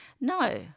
No